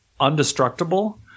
undestructible